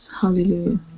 Hallelujah